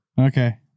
Okay